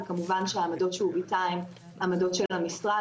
וכמובן שהעמדות שהוא ביטא הן העמדות של המשרד,